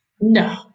No